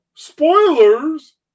Spoilers